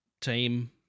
team